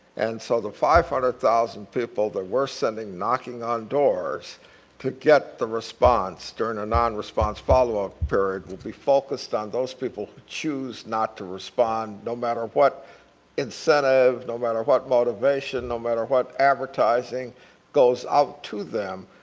and so the five hundred thousand people that we're sending knocking on doors to get the response during a non-response follow-up period will be focused on those people who choose not to respond no matter what incentive, no matter what motivation, no matter what advertiseing goes out to them,